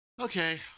Okay